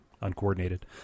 uncoordinated